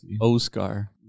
Oscar